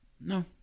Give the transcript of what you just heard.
No